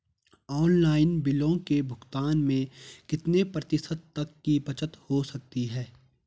Online बिलों के भुगतान में कितने प्रतिशत तक की बचत हो सकती है?